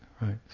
Right